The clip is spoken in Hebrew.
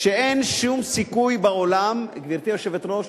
שאין שום סיכוי בעולם גברתי היושבת-ראש,